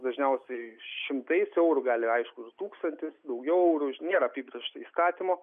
dažniausiai šimtais eurų gali aišku ir tūkstantis daugiau eurų nėra apibrėžta įstatymu